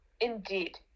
Indeed